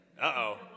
Uh-oh